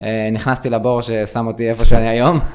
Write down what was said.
נכנסתי לבור ששם אותי איפה שאני היום.